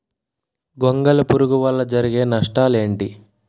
గొంగళి పురుగు వల్ల జరిగే నష్టాలేంటి?